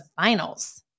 finals